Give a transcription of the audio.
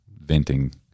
venting